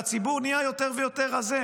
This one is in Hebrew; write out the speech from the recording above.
והציבור נהיה יותר ויותר רזה,